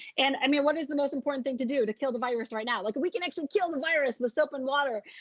and, i mean, what is the most important thing to do to kill the virus right now? look, we can actually kill the virus with soap and water.